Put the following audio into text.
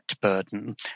burden